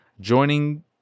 joining